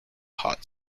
hot